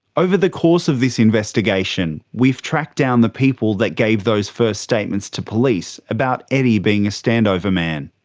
over the course of this investigation, we've tracked down the people that gave those first statements to police about eddie being a standover man.